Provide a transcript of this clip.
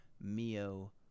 Mio